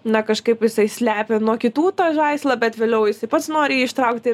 na kažkaip jisai slepia nuo kitų tą žaislą bet vėliau jisai pats nori jį ištraukti